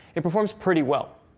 it performs pretty well.